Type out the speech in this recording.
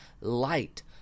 light